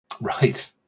Right